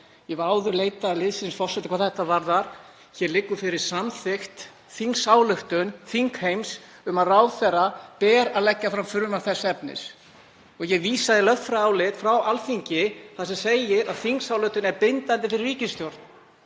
Ég hef áður leitað liðsinnis forseta hvað þetta varðar. Hér liggur fyrir samþykkt þingsályktun þingheims um að ráðherra beri að leggja fram frumvarp þess efnis. Ég vísa í lögfræðiálit frá Alþingi þar sem segir að þingsályktun sé bindandi fyrir ríkisstjórn.